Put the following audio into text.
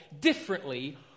differently